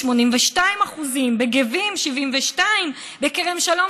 82%; בגבים 72%; בכרם שלום,